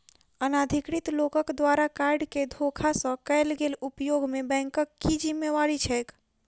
अनाधिकृत लोकक द्वारा कार्ड केँ धोखा सँ कैल गेल उपयोग मे बैंकक की जिम्मेवारी छैक?